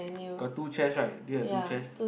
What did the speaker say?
got two chairs right did you have two chairs